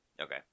Okay